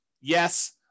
Yes